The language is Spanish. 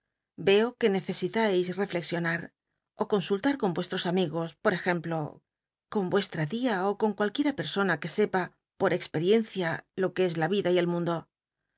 veo que ncccsitais rellexionar ó consullar con vuestros amigos pot ejemplo con vuestra tia ó con cualquiera pe sona que sepa por experiencia lo que es la vida y el mundo